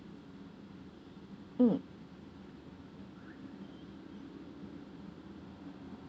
mm